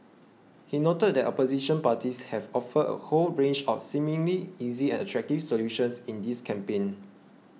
he noted that opposition parties have offered a whole range of seemingly easy and attractive solutions in this campaign